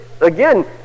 again